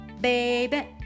baby